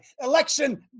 Election